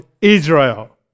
Israel